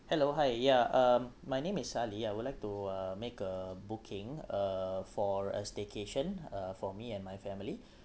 hello hi yeah um my name is ali I would like to uh make a booking uh for a staycation uh for me and my family